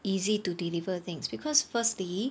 easy to deliver things because firstly